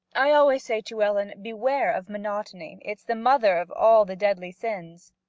i always say to ellen beware of monotony it's the mother of all the deadly sins.